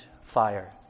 fire